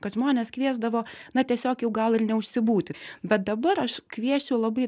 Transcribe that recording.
kad žmonės kviesdavo na tiesiog jau gal ir neužsibūti bet dabar aš kviesčiau labai